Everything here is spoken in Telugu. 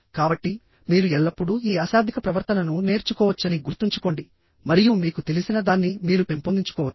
కాబట్టిమీరు ఎల్లప్పుడూ ఈ అశాబ్దిక ప్రవర్తనను నేర్చుకోవచ్చని గుర్తుంచుకోండి మరియు మీకు తెలిసిన దాన్ని మీరు పెంపొందించుకోవచ్చు